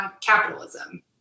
capitalism